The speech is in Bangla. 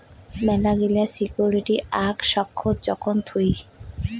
মেলাগিলা সিকুইরিটি আক সঙ্গত যখন থুই